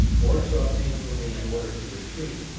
or to obtain for me an order to retreat,